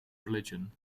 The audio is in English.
religion